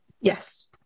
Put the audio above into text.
Yes